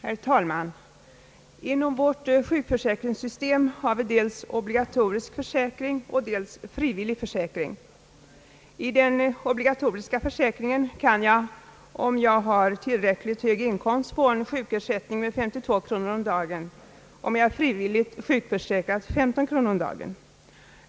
Herr talman! Inom vårt sjukförsäkringssystem har vi dels obligatorisk för säkring och dels frivillig försäkring. I den obligatoriska försäkringen kan jag om jag har tillräckligt hög inkomst få en sjukersättning av 52 kronor om dagen. Om jag är frivilligt sjukförsäkrad kan jag få 15 kronor om dagen.